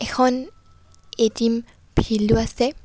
এখন এটিম ফিল্ডো আছে